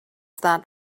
that